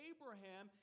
Abraham